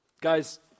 Guys